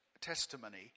testimony